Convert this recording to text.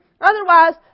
otherwise